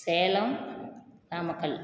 Salem Namakkal